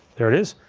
there it is.